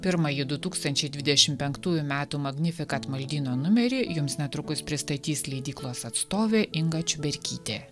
pirmąjį du tūkstančiai dvidešim penktųjų metų magnifikat maldyno numerį jums netrukus pristatys leidyklos atstovė inga čiuberkytė